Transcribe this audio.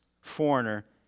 foreigner